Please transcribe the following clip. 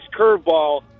curveball